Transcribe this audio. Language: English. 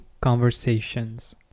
conversations